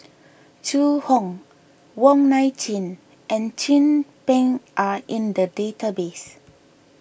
Zhu Hong Wong Nai Chin and Chin Peng are in the database